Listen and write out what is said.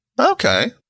Okay